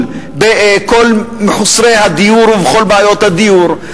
בכל מחוסרי הדיור ובכל בעיות הדיור.